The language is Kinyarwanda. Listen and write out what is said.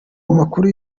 amakuru